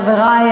חברי,